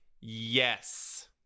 yes